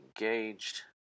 engaged